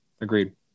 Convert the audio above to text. agreed